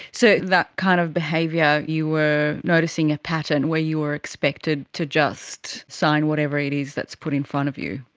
so that kind of behaviour, you were noticing a pattern where you were expected to just sign whatever it is that's put in front of you.